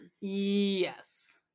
yes